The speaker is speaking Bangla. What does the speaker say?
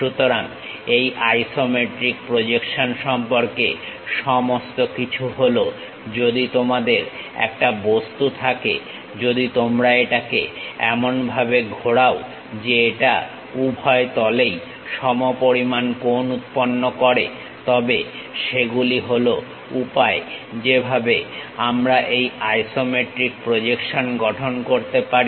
সুতরাং এই আইসোমেট্রিক প্রজেকশন সম্পর্কে সমস্ত কিছু হল যদি তোমাদের একটা বস্তু থাকে যদি তোমরা এটাকে এমনভাবে ঘোরাও যে এটা উভয় তলেই সমপরিমাণ কোণ উৎপন্ন করেতবে সেগুলি হল উপায় যেভাবে আমরা এই আইসোমেট্রিক প্রজেকশন গঠন করতে পারি